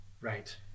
Right